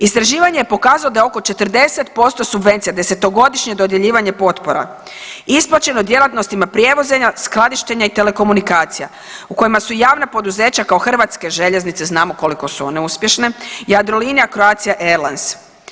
Istraživanje je pokazalo da je oko 40% subvencija, 10-godišnje dodjeljivanje potpora isplaćeno djelatnostima prijevoza, skladištenja i telekomunikacija u kojima su javna poduzeća kao Hrvatske željeznice, znamo koliko su one uspješne, Jadrolinija i Croatia airlines.